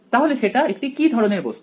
তাহলে সেটা একটি কি ধরনের বস্তু